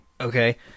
Okay